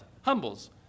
humbles